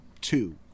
two